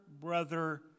brother